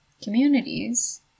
communities